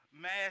mass